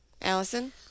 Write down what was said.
Allison